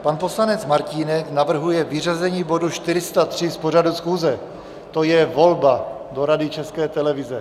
Pan poslanec Martínek navrhuje vyřazení bodu 403 z pořadu schůze, to je volba do Rady České televize.